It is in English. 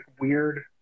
weird